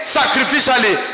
sacrificially